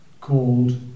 called